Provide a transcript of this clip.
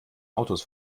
autos